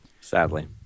Sadly